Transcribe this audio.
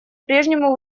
прежнему